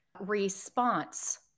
response